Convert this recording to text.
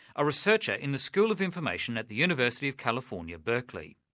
a researcher in the school of information at the university of california, berkeley.